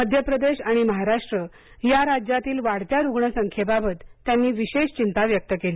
मध्य प्रदेश आणि महाराष्ट्र या राज्यातील वाढत्या रुग्णसंख्येबाबत त्यांनी विशेष चिंता व्यक्त केली